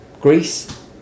Greece